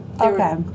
Okay